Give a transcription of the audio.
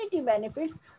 benefits